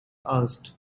asked